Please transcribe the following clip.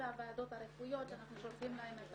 הוועדות הרפואיות שאנחנו שולחים אליהן את